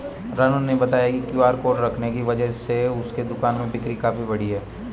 रानू ने बताया कि क्यू.आर कोड रखने की वजह से उसके दुकान में बिक्री काफ़ी बढ़ी है